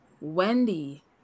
Wendy